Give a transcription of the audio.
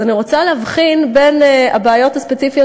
אז אני רוצה להבחין בין הבעיות הספציפיות